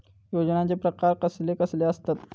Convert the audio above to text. योजनांचे प्रकार कसले कसले असतत?